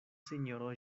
sinjoro